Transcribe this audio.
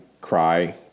cry